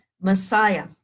Messiah